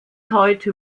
heute